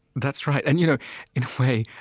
that's right. and you know in a way